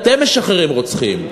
אתם משחררים רוצחים,